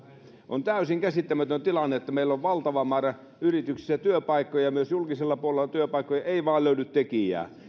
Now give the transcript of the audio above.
on täysin käsittämätön tilanne että meillä on valtava määrä yrityksissä työpaikkoja ja myös julkisella puolella työpaikkoja mutta ei vain löydy tekijää